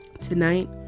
Tonight